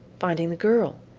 finding the girl.